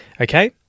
okay